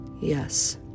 Yes